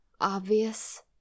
obvious